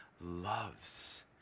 loves